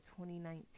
2019